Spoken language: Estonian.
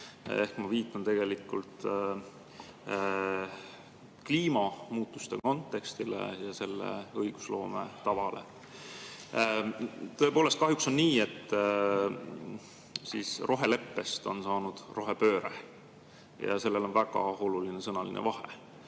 Ma viitan tegelikult kliimamuutuste kontekstile ja sellega seotud õigusloome tavale. Tõepoolest kahjuks on nii, et roheleppest on saanud rohepööre ja [nendel] on väga oluline vahe.